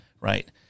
Right